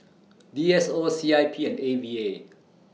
D S O C I P and A V A